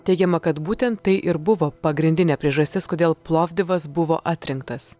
teigiama kad būtent tai ir buvo pagrindinė priežastis kodėl plovdivas buvo atrinktas